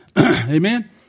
Amen